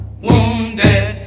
wounded